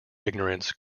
ignorance